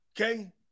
okay